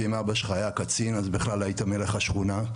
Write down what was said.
ואם אבא שלך היה קצין אז בכלל היית מלך השכונה.